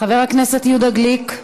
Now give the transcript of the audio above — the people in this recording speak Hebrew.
חבר הכנסת יהודה גליק.